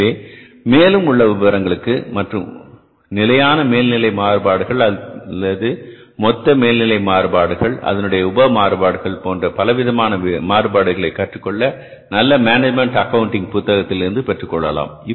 எனவே மேலும் உள்ள விபரங்களுக்கு மற்றும் நிலையான மேல்நிலை மாறுபாடுகள் அல்லது மொத்த மேல்நிலை மாறுபாடுகள் அதனுடைய உப மாறுபாடுகள் போன்ற பலவித மாறுபாடுகளை கற்றுக்கொள்ள நல்ல மேனேஜ்மென்ட் அக்கவுண்டிங் புத்தகத்தில் இருந்து பெற்றுக்கொள்ளலாம்